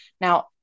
Now